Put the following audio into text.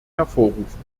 hervorrufen